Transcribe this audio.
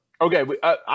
Okay